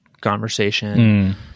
conversation